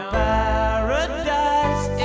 paradise